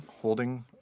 holding